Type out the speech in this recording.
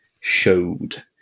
showed